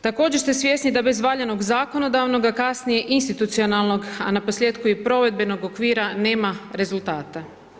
Također ste svjesni da bez valjanog zakonodavnog, a kasnije institucionalnog, a naposljetku i provedbenog okvira nema rezultata.